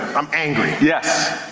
i'm angry. yes,